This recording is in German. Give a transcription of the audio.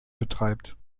betreibt